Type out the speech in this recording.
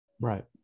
right